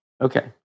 Okay